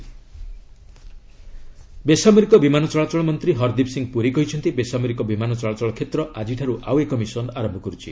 ଭାସ୍କିନ୍ movement ବେସାମରିକ ବିମାନ ଚଳାଚଳ ମନ୍ତ୍ରୀ ହରଦୀପ୍ ସିଂ ପୁରୀ କହିଛନ୍ତି ବେସାମରିକ ବିମାନ ଚଳାଚଳ କ୍ଷେତ୍ର ଆଜିଠାରୁ ଆଉ ଏକ ମିଶନ ଆରମ୍ଭ କରୁଛି